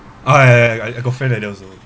right right right I got friend like that also